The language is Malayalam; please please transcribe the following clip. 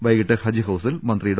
വൈകീട്ട് ഹജ്ജ് ഹൌസിൽ മന്ത്രി ഡോ